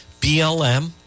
BLM